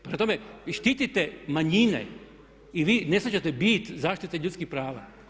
Prema tome i štitite manjine i vi ne shvaćate bit zaštite ljudskih prava.